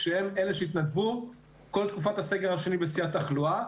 כשהן אלה שהתנדבו בכל תקופת הסגר השני בשיא התחלואה.